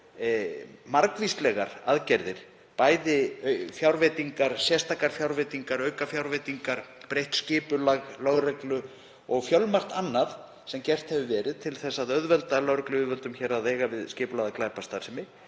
margvíslegar aðgerðir, bæði fjárveitingar, sérstakar fjárveitingar, aukafjárveitingar, breytt skipulag lögreglu og fjölmargt annað sem gert hefur verið til að auðvelda lögregluyfirvöldum hér að eiga við skipulagða glæpastarfsemi.